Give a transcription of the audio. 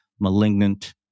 malignant